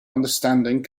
understanding